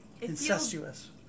Incestuous